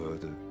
further